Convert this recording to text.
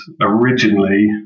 originally